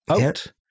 out